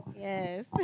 Yes